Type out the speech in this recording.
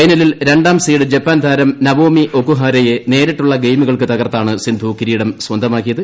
ഫൈനലിൽ രണ്ടാം seed Japan താരം നവോമി ഒക്ഹാരെയെ നേരിട്ടുള്ള ഗെയിമുകൾക്ക് തകർത്താണ് സിന്ധു കിരീടം സ്വന്തമാക്കിയത്